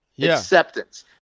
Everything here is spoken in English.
acceptance